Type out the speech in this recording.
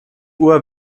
uhr